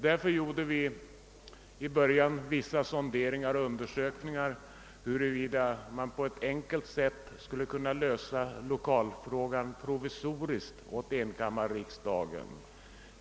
Därför gjorde vi i början vissa sonderingar rörande hur enkammarriksdagens lokalfråga på ett enkelt sätt skulle kunna lösas provisoriskt.